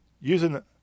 using